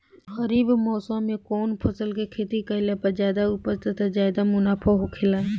खरीफ़ मौसम में कउन फसल के खेती कइला पर ज्यादा उपज तथा ज्यादा मुनाफा होखेला?